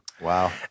Wow